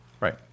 Right